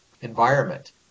environment